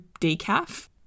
decaf